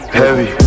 heavy